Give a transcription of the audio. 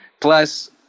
Plus